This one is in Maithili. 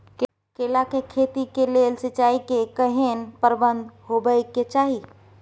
केला के खेती के लेल सिंचाई के केहेन प्रबंध होबय के चाही?